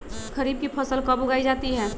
खरीफ की फसल कब उगाई जाती है?